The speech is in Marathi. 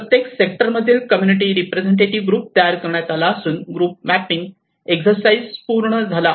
प्रत्येक सेक्टरमधील कम्युनिटी रिप्रेझेंटेटिव्ह ग्रुप तयार करण्यात आला असून ग्रुप मॅपिंग एक्झरसाइज पूर्ण झाला आहे